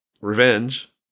Revenge